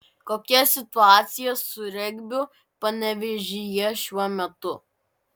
kokia situacija su regbiu panevėžyje šiuo metu